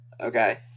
Okay